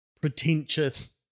pretentious